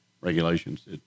regulations